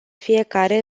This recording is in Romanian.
fiecare